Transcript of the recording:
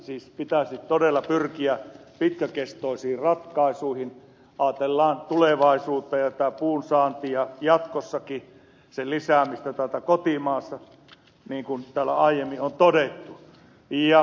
siis pitäisi todella pyrkiä pitkäkestoisiin ratkaisuihin ajatella tulevaisuutta ja tätä puun saantia jatkossakin sen lisäämistä täällä kotimaassa niin kun täällä aiemmin on todettu